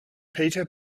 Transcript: peter